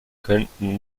könnten